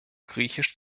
griechisch